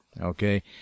Okay